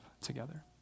together